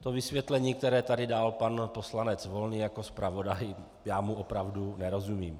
To vysvětlení, které tady dal pan poslanec Volný jako zpravodaj já mu opravdu nerozumím.